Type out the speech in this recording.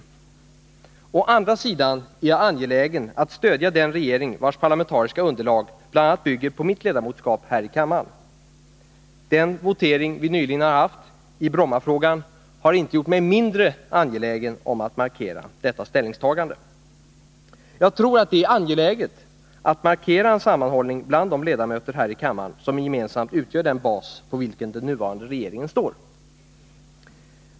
Å andra sidan är jag angelägen att stödja den regering vars parlamentariska underlag bl.a. bygger på mitt ledamotskap här i kammaren. Den votering som vi nyligen har haft i Brommafrågan har inte gjort mig mindre angelägen om att markera detta ställningstagande. Jag tror att det är angeläget att markera en sammanhållning bland de ledamöter här i kammaren som gemensamt utgör den bas på vilken den nuvarande regeringen står.